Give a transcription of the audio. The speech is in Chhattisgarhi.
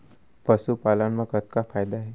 पशुपालन मा कतना फायदा हे?